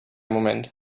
moment